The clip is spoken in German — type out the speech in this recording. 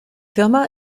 firma